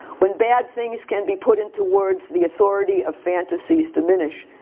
when bad things can be put into words the authority of fantasies diminish.